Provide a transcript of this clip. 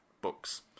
books